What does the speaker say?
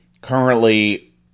currently